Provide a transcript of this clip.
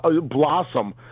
blossom